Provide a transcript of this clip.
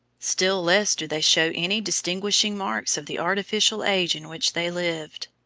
still less do they show any distinguishing marks of the artificial age in which they lived.